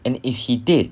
and if he did